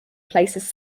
places